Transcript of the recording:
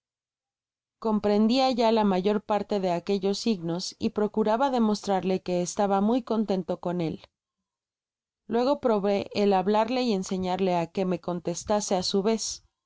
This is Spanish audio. comprendia ya la mayor parte de aquellos signos y procuraba demostrarle que estaba muy contento con él luego probé el bfablarle y enseñarle á que me contestase á su vez